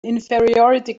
inferiority